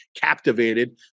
captivated